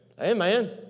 Amen